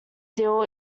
deal